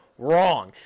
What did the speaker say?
Wrong